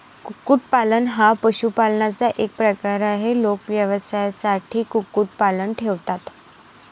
कुक्कुटपालन हा पशुपालनाचा एक प्रकार आहे, लोक व्यवसायासाठी कुक्कुटपालन ठेवतात